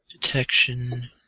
detection